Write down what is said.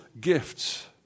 gifts